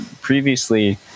Previously